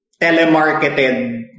telemarketed